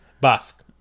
Basque